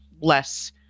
less